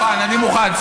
אני מוכן.